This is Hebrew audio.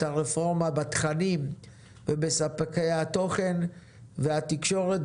הרפורמה בתכנים ובספקי התוכן והתקשורת,